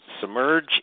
Submerge